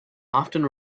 often